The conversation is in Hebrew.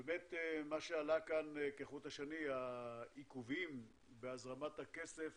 מה שעלה פה כחוט השני, העיכובים בהזרמת הכסף